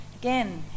again